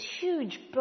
huge